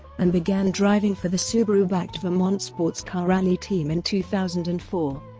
and began driving for the subaru-backed vermont sportscar rally team in two thousand and four.